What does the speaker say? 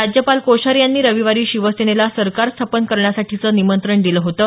राज्यपाल कोश्यारी यांनी रविवारी शिवसेनेला सरकार स्थापन करण्यासाठीचं निमंत्रण दिलं होतं